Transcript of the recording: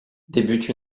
débute